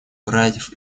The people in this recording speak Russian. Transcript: братьев